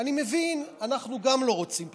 אני מבין, אנחנו גם לא רוצים בחירות.